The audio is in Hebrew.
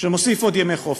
שמוסיף עוד ימי חופש,